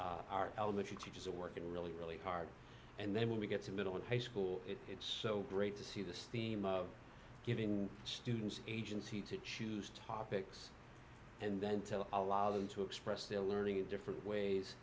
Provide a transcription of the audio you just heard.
our elementary teachers are working really really hard and then when we get to middle and high school it's so great to see this theme of giving students agency to choose topics and then tell a lot of them to express their learning in different ways